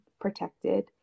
protected